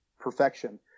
perfection